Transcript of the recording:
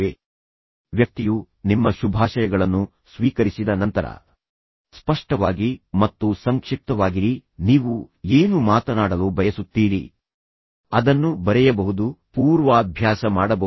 ತದನಂತರ ವ್ಯಕ್ತಿಯು ನಿಮ್ಮ ಶುಭಾಶಯಗಳನ್ನು ಸ್ವೀಕರಿಸಿದ ನಂತರ ಮತ್ತು ಅದು ಸರಿಯಾದ ವ್ಯಕ್ತಿ ಎಂದು ನಿಮಗೆ ತಿಳಿದಿದ್ದರೆ ಸ್ಪಷ್ಟವಾಗಿ ಮತ್ತು ಸಂಕ್ಷಿಪ್ತವಾಗಿರಿ ನೀವು ಏನು ಮಾತನಾಡಲು ಬಯಸುತ್ತೀರಿ ವಿಶೇಷವಾಗಿ ವೃತ್ತಿಪರರಲ್ಲಿ ಮಾತನಾಡುವ ಮೊದಲು ನೀವು ಅದನ್ನು ಬರೆಯಬಹುದು ಪೂರ್ವಾಭ್ಯಾಸ ಮಾಡಬಹುದು